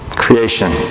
creation